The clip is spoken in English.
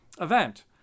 event